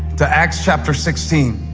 to acts, chapter sixteen.